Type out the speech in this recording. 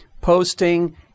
Posting